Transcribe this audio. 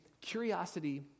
curiosity